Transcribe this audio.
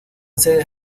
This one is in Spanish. sedes